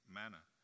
manner